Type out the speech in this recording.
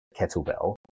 kettlebell